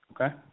Okay